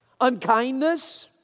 Unkindness